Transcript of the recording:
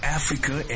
Africa